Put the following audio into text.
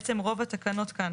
בעצם רוב התקנות כאן